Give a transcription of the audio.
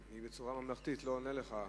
אני בצורה ממלכתית לא עונה לך.